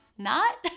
not.